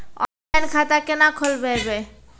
Online खाता केना खोलभैबै?